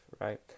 right